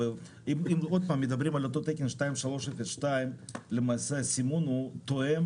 אם עוד פעם מדברים על אותו תקן 2302 למעשה סימון הוא תואם